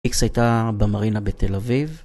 איקס הייתה במרינה בתל אביב